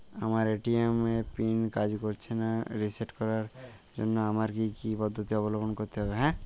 আমার এ.টি.এম এর পিন কাজ করছে না রিসেট করার জন্য আমায় কী কী পদ্ধতি অবলম্বন করতে হবে?